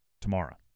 Tomorrow